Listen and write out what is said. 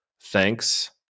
Thanks